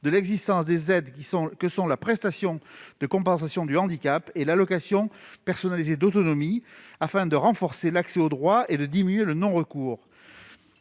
de l'existence de la prestation de compensation du handicap et de l'allocation personnalisée d'autonomie, afin de renforcer l'accès aux droits et de diminuer le non-recours.